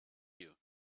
you